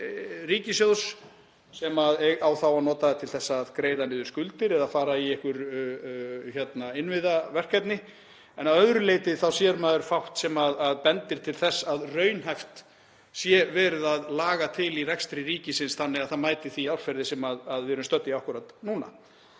eignir ríkissjóðs sem á að nota það til að greiða niður skuldir eða fara í einhver innviðaverkefni en að öðru leyti þá sér maður fátt sem bendir til þess að raunhæft sé verið að laga til í rekstri ríkisins þannig að það mæti í því árferði sem við erum stödd í akkúrat núna.